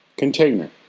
container,